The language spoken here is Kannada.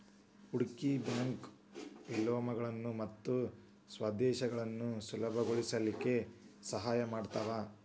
ಹೂಡ್ಕಿ ಬ್ಯಾಂಕು ವಿಲೇನಗಳನ್ನ ಮತ್ತ ಸ್ವಾಧೇನಗಳನ್ನ ಸುಲಭಗೊಳಸ್ಲಿಕ್ಕೆ ಸಹಾಯ ಮಾಡ್ತಾವ